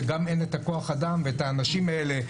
שגם אין את כוח האדם ואת האנשים האלה.